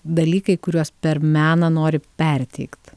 dalykai kuriuos per meną nori perteikt